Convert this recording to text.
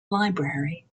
library